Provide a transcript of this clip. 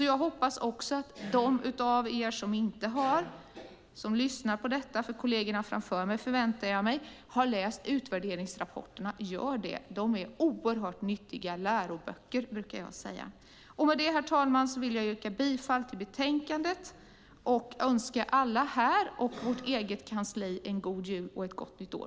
Jag förväntar mig att kollegerna framför mig har läst utvärderingsrapporterna. Till er som lyssnar på detta och som inte har läst dem vill jag säga: Gör det! Jag brukar säga att de är oerhört nyttiga läroböcker. Herr talman! Med detta vill jag yrka bifall till förslaget i betänkandet och önska alla här och vårt eget kansli en god jul och ett gott nytt år.